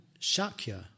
Shakya